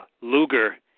Luger